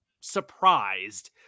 surprised